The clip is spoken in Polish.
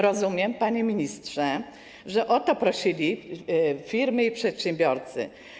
Rozumiem, panie ministrze, że o to prosili firmy i przedsiębiorcy.